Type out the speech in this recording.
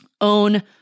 own